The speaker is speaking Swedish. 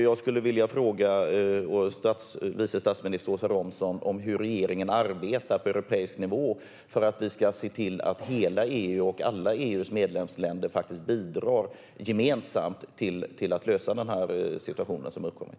Jag skulle vilja fråga vice statsminister Åsa Romson hur regeringen arbetar på europeisk nivå för att se till att hela EU och alla EU:s medlemsländer faktiskt bidrar gemensamt till att lösa den situation som har uppkommit.